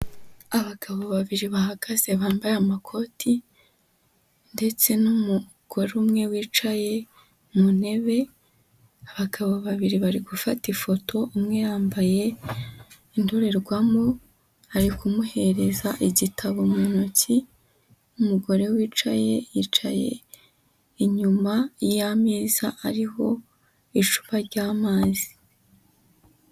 Abagabo babiri bahagaze bambaye amakoti, ndetse n'umugore umwe wicaye mu ntebe, abagabo babiri bari gufata ifoto, umwe yambaye indorerwamo ari kumuhereza igitabo mu ntoki, umugore wicaye yicaye inyuma y'ameza ariho icupa ry'amazi.